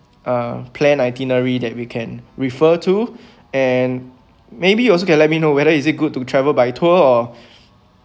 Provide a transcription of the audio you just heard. uh plan itinerary that we can refer to and maybe you also can let me know whether is it good to travel by tour or